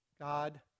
God